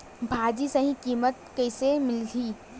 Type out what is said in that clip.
भाजी सही कीमत कइसे मिलही?